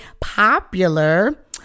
popular